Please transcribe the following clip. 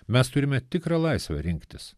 mes turime tikrą laisvę rinktis